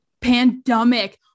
pandemic